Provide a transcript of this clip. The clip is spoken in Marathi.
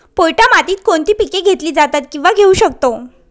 पोयटा मातीत कोणती पिके घेतली जातात, किंवा घेऊ शकतो?